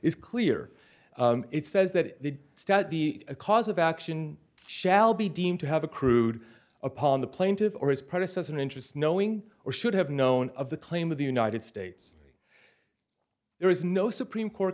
is clear it says that the stat the a cause of action shall be deemed to have accrued upon the plaintive or its predecessor an interest knowing or should have known of the claim of the united states there is no supreme court